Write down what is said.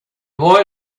boy